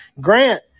Grant